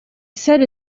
said